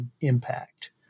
impact